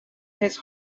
his